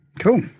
Cool